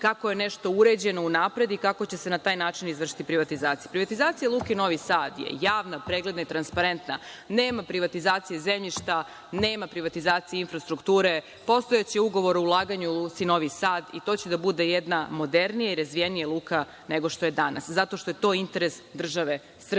kako je nešto uređeno unapred i kako će se na taj način izvršiti privatizacija. Privatizacija Luke Novi Sad je javna, pregledna i transparentna. Nema privatizacije zemljišta, nema privatizacije infrastrukture, postojaće ugovori o ulaganju u Luci Novi Sad i to će da bude jedna modernija i razvijenija luka nego što je danas, zato što je to interes države Srbije,